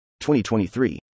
2023